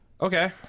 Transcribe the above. okay